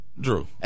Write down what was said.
Drew